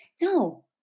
no